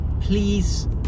please